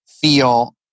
feel